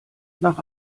nach